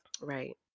Right